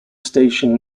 station